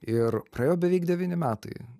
ir praėjo beveik devyni metai